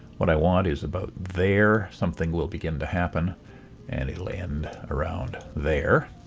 what i want is about there something will begin to happen and it'll end around there,